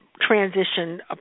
transition